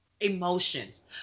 emotions